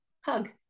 hug